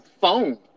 phone